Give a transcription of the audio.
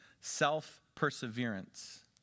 self-perseverance